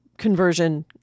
Conversion